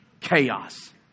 chaos